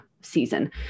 season